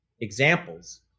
examples